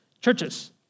Churches